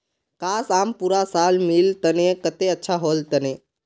काश, आम पूरा साल मिल तने कत्ते अच्छा होल तने